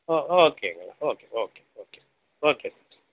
ஓ ஓகேங்க okay okay okay okay